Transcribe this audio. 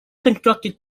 constructed